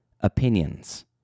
opinions